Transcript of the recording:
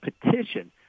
petition